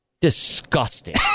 Disgusting